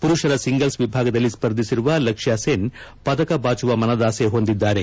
ಮರುಷರ ಸಿಂಗಲ್ಸ್ ವಿಭಾಗದಲ್ಲಿ ಸ್ಪರ್ಧಿಸಿರುವ ಲಕ್ಷ್ಮ ಸೆನ್ ಪದಕ ಬಾಚುವ ಮನದಾಸೆ ಹೊಂದಿದ್ದಾರೆ